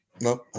no